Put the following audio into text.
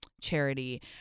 charity